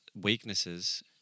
weaknesses